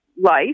life